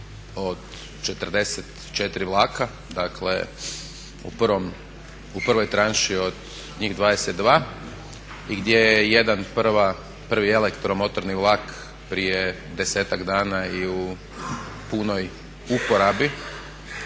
od 44 vlaka. Dakle, u prvoj tranši od njih 22 gdje je jedan prvi elektromotorni vlak prije desetak dana i u punoj uporabi